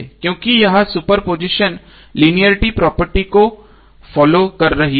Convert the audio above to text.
क्योंकि यह superposition linearity property को फॉलो कर रही है